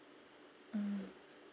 mm